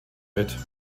mit